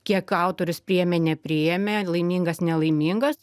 kiek autorius priėmė nepriėmė laimingas nelaimingas